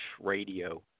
radio